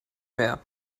mehr